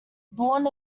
born